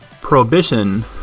prohibition